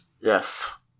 Yes